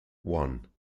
one